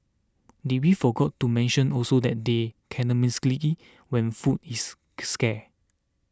did we forgot to mention also that they cannibalistic when food is scarce